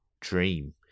dream